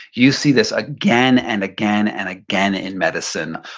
you see this again and again and again in medicine,